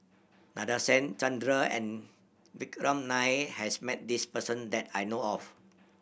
Nadasen Chandra and Vikram Nair has met this person that I know of